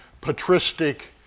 patristic